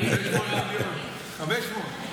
500?